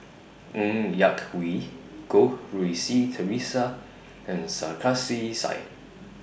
Ng Yak Whee Goh Rui Si Theresa and Sarkasi Said